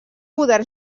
poder